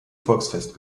volksfest